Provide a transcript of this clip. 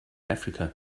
africa